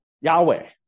Yahweh